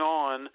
on